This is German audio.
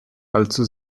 allzu